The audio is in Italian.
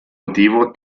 motivo